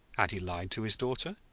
had he lied to his daughter?